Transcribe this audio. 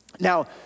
Now